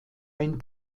ein